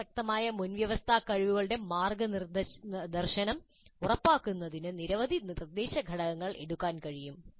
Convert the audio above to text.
പ്രസക്തമായ മുൻവ്യവസ്ഥാകഴിവുകളുടെ മാർഗ്ഗദർശനം ഉറപ്പാക്കുന്നതിന് നിരവധി നിർദ്ദേശഘടകങ്ങൾ എടുക്കാൻ കഴിയും